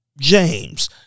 James